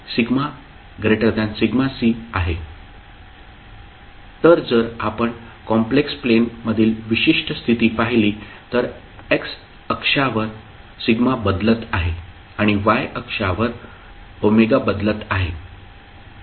तर जर आपण कॉम्प्लेक्स प्लेन मधील विशिष्ट स्थिती पाहिली तर x अक्षावर σ बदलत आहे आणि y अक्षावर ω बदलत आहे